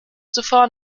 zuvor